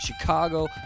Chicago